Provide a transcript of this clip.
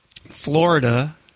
Florida